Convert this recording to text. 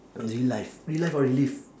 what's re-life re-life or relive